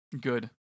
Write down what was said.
Good